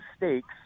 mistakes